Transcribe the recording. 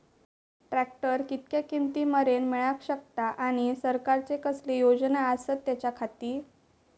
Tractor कितक्या किमती मरेन मेळाक शकता आनी सरकारचे कसले योजना आसत त्याच्याखाती?